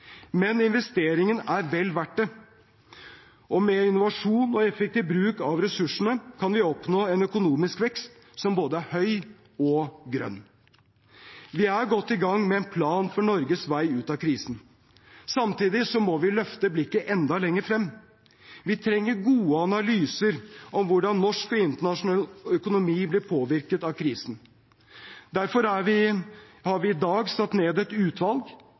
men investeringen er vel verdt det, og med innovasjon og effektiv bruk av ressursene kan vi oppnå en økonomisk vekst som både er høy og grønn. Vi er godt i gang med en plan for Norges vei ut av krisen. Samtidig må vi løfte blikket enda lenger frem. Vi trenger gode analyser om hvordan norsk og internasjonal økonomi blir påvirket av krisen. Derfor har vi i dag satt ned et utvalg